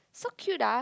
so cute ah